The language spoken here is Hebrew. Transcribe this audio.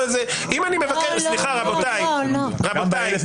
גם ב-1,000